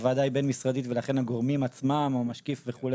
הוועדה היא בין-משרדית ולכן הגורמים עצמם או משקיף וכו',